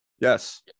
Yes